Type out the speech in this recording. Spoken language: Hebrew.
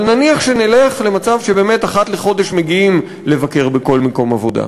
אבל נניח שנלך למצב שבאמת אחת לחודש מגיעים לבקר בכל מקום עבודה,